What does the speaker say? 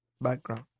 background